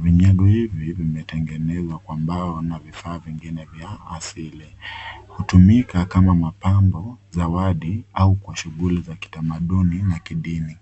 Vinyago hivi, vimetengenezwa kwa mbao na vifaa vingine vya asili. Hutumika kama mapambo, zawadi, au kwa shughuli za kitamaduni, na kidini.